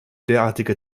derartige